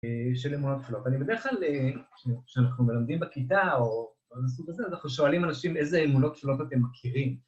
של אמונות טפלות. אני בדרך כלל, כשאנחנו מלמדים בכיתה או בדברים מהסוג הזה, אנחנו שואלים אנשים איזה אמונות טפלות אתם מכירים